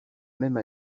même